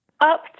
Up